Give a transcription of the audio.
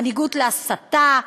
מנהיגות להסתה?